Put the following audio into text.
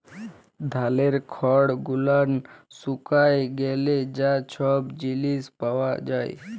ধালের খড় গুলান শুকায় গ্যালে যা ছব জিলিস পাওয়া যায়